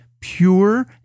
pure